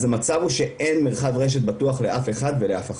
אז המצב הוא שאין מרחב רשת בטוח לאף אחד ולאף אחת.